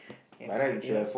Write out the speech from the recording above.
have my idea